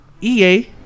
EA